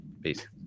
peace